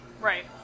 Right